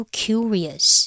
curious